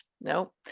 No